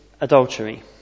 adultery